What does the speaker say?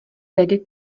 tedy